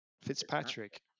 Fitzpatrick